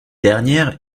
dernière